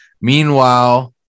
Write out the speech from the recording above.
meanwhile